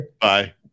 Bye